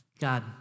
God